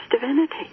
divinity